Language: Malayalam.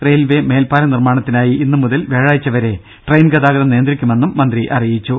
റെയിൽവേ മേൽപ്പാല നിർമ്മാണത്തിനായി ഇന്നുമുതൽ വ്യാഴാഴ്ച വരെ ട്രെയിൻ ഗതാഗതം നിയന്ത്രിക്കുമെന്നും മന്ത്രി അറിയിച്ചു